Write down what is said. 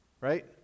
Right